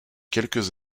quelques